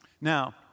Now